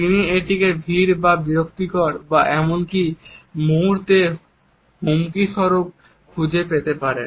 তিনি এটিকে ভিড় বা বিরক্তিকর বা এমনকি মুহূর্তে হুমকিস্বরূপ খুঁজে পেতে পারেন